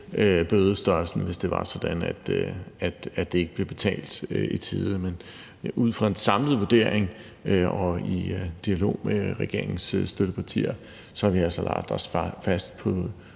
bødestørrelsen, hvis det var sådan, at det ikke blev betalt i tide. Men ud fra en samlet vurdering og i dialog med regeringens støttepartier har vi altså lagt os fast på